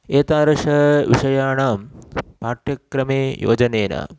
एतादृशविषयाणां पाठ्यक्रमे योजनेन